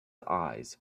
eyes